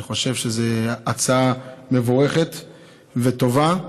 אני חושב שזאת הצעה מבורכת וטובה,